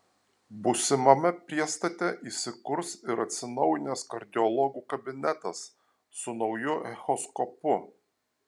būsimame priestate įsikurs ir atsinaujinęs kardiologų kabinetas su nauju echoskopu